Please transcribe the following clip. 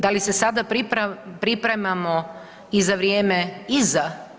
Da li se sada pripremamo i za vrijeme iza?